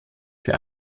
für